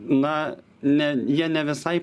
na ne jie ne visai